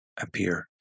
appear